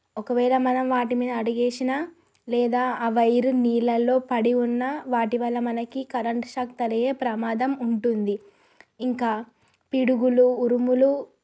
ఒకవేళ మనం వాటిమీద అడుగు వేసినా లేదా ఆ వైరు నీళ్ళల్లో పడి ఉన్నా వాటి వల్ల మనకి కరెంట్ షాక్ తగిలే ప్రమాదం ఉంటుంది ఇంకా పిడుగులు ఉరుములు